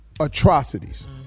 atrocities